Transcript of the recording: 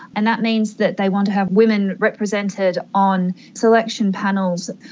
and that means that they want to have women represented on selection panels,